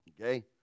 Okay